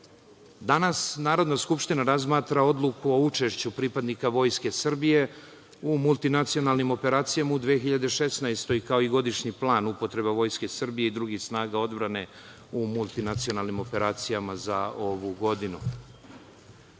Narodna skupština razmatra odluku o učešću pripadnika Vojske Srbije u multinacionalnim operacijama u 2016. godine kao i godišnji plan upotreba Vojske Srbije i drugih snaga odbrane u multinacionalnim operacijama za ovu godinu.